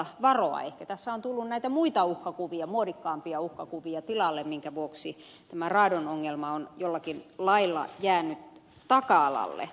ehkä tässä on tullut näitä muita uhkakuvia muodikkaampia uhkakuvia tilalle minkä vuoksi tämä radonongelma on jollakin lailla jäänyt taka alalle